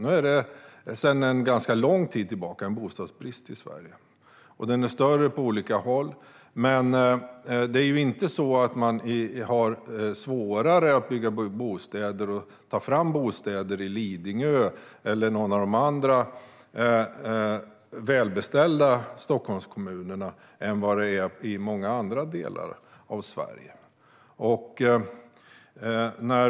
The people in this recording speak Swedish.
Det är sedan en ganska lång tid tillbaka bostadsbrist i Sverige, och den är större på olika håll. Men det är inte så att det är svårare att bygga eller ta fram bostäder i Lidingö eller i någon av de andra välbeställda Stockholmskommunerna än vad det är i många andra delar av Sverige.